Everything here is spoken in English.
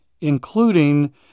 including